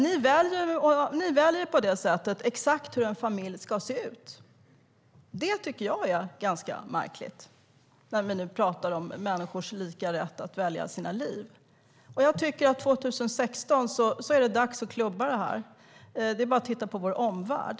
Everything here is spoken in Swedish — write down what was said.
Ni väljer på det sättet exakt hur en familj ska se ut. Det tycker jag är ganska märkligt när vi nu pratar om människors lika rätt att välja sina liv. Jag tycker att 2016 är det dags att klubba det här. Det är bara att titta på vår omvärld.